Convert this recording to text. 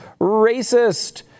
racist